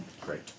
Great